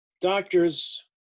doctors